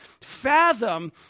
fathom